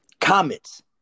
comments